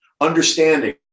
understanding